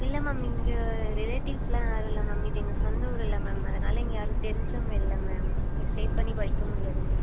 இல்லை மேம் இங்கே ரிலேட்டிவ்ஸெலாம் யாரும் இல்லை மேம் இது எங்கள் சொந்த ஊர் இல்லை மேம் அதனால் இங்கே யாரும் தெரிஞ்சவங்க இல்லை மேம் இங்கே ஸ்டே பண்ணி படிக்க முடியாது மேம்